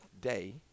day